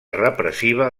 repressiva